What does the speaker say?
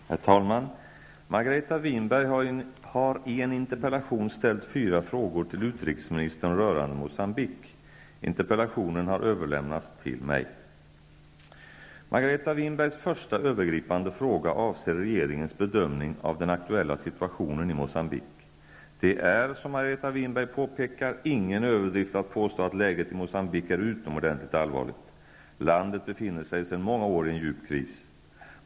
Herr talman! Margareta Winberg har i en interpellation ställt fyra frågor till utrikesministern rörande Moçambique. Interpellationen har överlämnats till mig. Margareta Winbergs första, övergripande fråga avser regeringens bedömning av den aktuella situationen i Moçambique. Det är, som Margareta Winberg påpekar, ingen överdrift att påstå att läget i Moçambique är utomordentligt allvarligt. Landet befinner sig sedan många år i en djup kris.